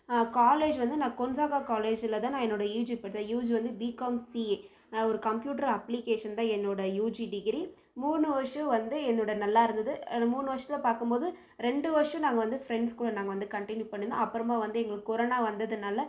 college வந்து நான் கொன்சாக்க காலேஜில் தான் நான் என்னோட யுஜி படித்தேன் யுஜி வந்து பிகாம் சிஏ ஒரு கம்ப்யூட்டர் அப்ளிகேஷன் தான் என்னோட யுஜி டிகிரி மூணு வருஷம் வந்து என்னோட நல்லாயிருந்தது மூணு வருஷத்தை பார்க்கும் போது ரெண்டு வருஷம் நாங்கள் வந்து ஃப்ரெண்ட்ஸ் கூட நாங்கள் வந்து கண்டினியூ பண்ணியிருந்தோம் அப்புறமா வந்து எங்களுக்கு கொரோனா வந்ததுனால்